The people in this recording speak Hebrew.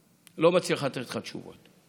לא מצליחה לתת לך תשובה.